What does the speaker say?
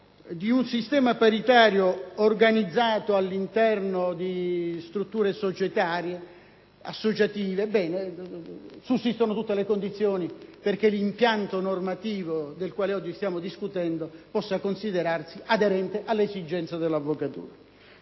di un sistema paritario organizzato all'interno di strutture societarie e associative, sussistono tutte le condizioni perché l'impianto normativo, di cui oggi stiamo discutendo, possa considerarsi aderente alle esigenze dell'avvocatura.